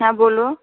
হ্যাঁ বলো